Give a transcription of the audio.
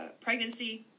pregnancy